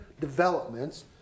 developments